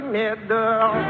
middle